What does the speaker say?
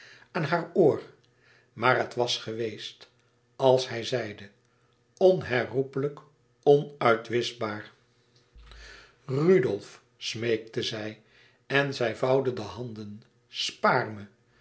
aan haar oor maar het was geweest als hij zeide onherroepelijk onuitwischbaar rudolf smeekte zij en zij vouwde de handen spaar me